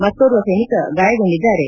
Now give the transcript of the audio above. ಮತ್ತೋರ್ವ ಸೈನಿಕ ಗಾಯಗೊಂಡಿದ್ದಾರೆ